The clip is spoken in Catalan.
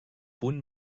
punt